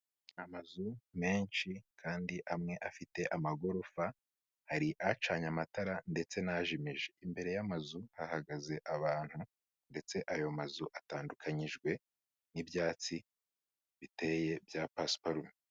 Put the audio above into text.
Amazu menshi kandi amwe afite amagorofa, hari acanye amatara ndetse n'ajimije, imbere y'amazu hahagaze abantu ndetse ayo mazu atandukanyijwe n'ibyatsi biteye bya pasiparume.